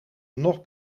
nog